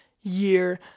year